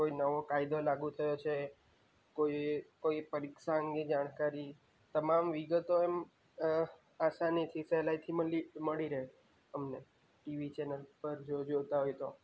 કોઈ નવો કાયદો લાગુ થયો છે કોઈ કોઈ પરીક્ષાની જાણકારી તમામ વિગતો એમ આસાનીથી સહેલાઈથી મલી મળી રહે અમને ટીવી ચેનલ પર જો જોતાં હોય તો